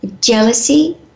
jealousy